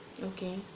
okay